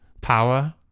power